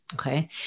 okay